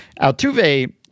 Altuve